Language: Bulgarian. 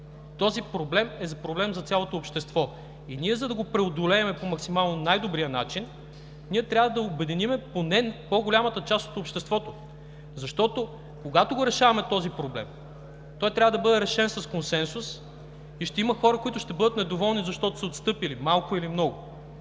Този проблем е проблем за цялото общество. И ние, за да го преодолеем по максимално най-добрия начин, трябва да обединим поне по-голямата част от обществото, защото, когато решаваме този проблем, той трябва да бъде решен с консенсус и ще има хора, които ще бъдат недоволни, защото са отстъпили, малко или много.